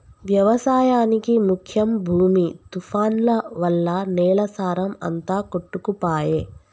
వ్యవసాయానికి ముఖ్యం భూమి తుఫాన్లు వల్ల నేల సారం అంత కొట్టుకపాయె